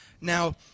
Now